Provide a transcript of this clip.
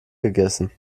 gegessen